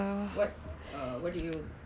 what what do you